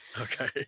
Okay